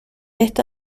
esta